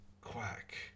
Quack